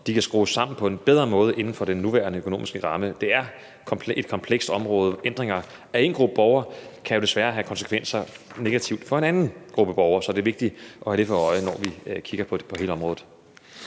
de kan skrues sammen på en bedre måde inden for den nuværende økonomiske ramme. Det er et komplekst område. Ændringer, der vedrører en gruppe borgere, kan jo desværre have negative konsekvenser for en anden gruppe borgere, så det er vigtigt at have det for øje, når vi kigger på det, for hele